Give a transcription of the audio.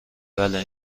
بله